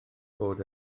bod